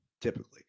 typically